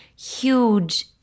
huge